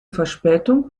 verspätung